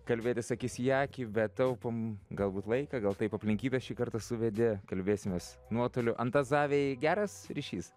kalbėtis akis į akį bet taupom galbūt laiką gal taip aplinkybės šį kartą suvedė kalbėsimės nuotoliu antazavėj geras ryšys